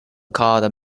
called